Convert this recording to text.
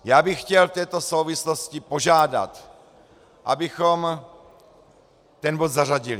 Já bych chtěl v této souvislosti požádat, abychom ten bod zařadili.